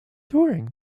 touring